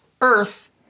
Earth